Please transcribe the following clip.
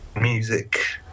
music